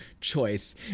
choice